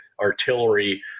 artillery